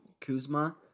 Kuzma